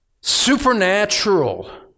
supernatural